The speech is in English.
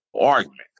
argument